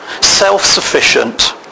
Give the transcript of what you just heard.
self-sufficient